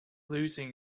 losing